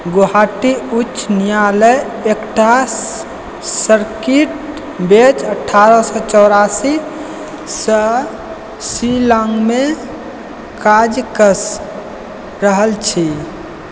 गुवाहाटी उच्च न्यायालय एकटा सर्किट बेञ्च अठारह सओ चौरासीसँ शिलाङ्गमे काज कऽ रहल अछि